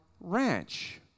ranch